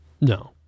No